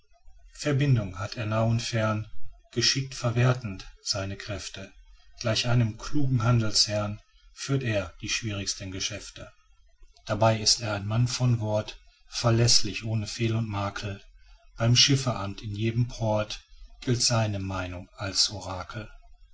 verbindung hat er nah und fern geschickt verwerthend seine kräfte gleich einem klugen handelsherrn führt er die schwierigsten geschäfte dabei ist er ein mann von wort verläßlich ohne fehl und makel beim schifferamt in jedem port gilt seine meinung als orakel